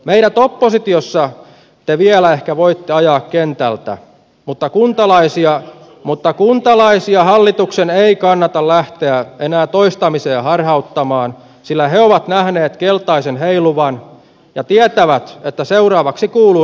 meidät oppositiossa te vielä ehkä voitte ajaa kentältä mutta kuntalaisia hallituksen ei kannata lähteä enää toistamiseen harhauttamaan sillä he ovat nähneet keltaisen heiluvan ja tietävät että seuraavaksi kuuluu nostaa punainen